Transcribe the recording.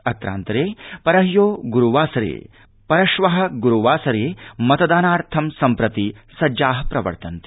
अत्रान्तरे परह्यो गुरुवासरे मतगणनार्थं सम्प्रति सज्जा प्रवर्तन्ते